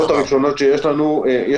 אני